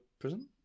prison